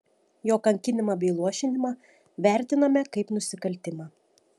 jo kankinimą bei luošinimą vertiname kaip nusikaltimą